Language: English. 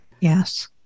Yes